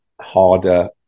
harder